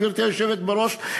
גברתי היושבת בראש,